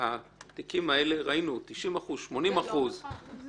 בתיקים האלה ראינו ש-80%-90% --- זה לא נכון.